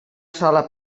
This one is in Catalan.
sola